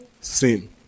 sin